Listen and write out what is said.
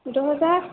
دو ہزار